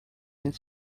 his